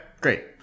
great